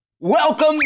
welcome